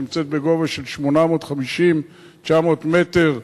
שנמצאת בגובה של 850 900 מטר,